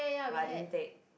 but I didn't take